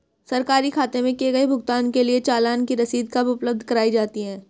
सरकारी खाते में किए गए भुगतान के लिए चालान की रसीद कब उपलब्ध कराईं जाती हैं?